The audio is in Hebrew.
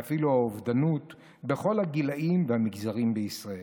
ואפילו האובדנות בכל הגילאים והמגזרים בישראל.